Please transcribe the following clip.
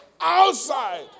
outside